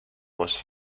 was